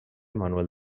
manuel